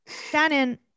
Shannon